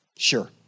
Sure